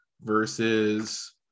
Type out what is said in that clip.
versus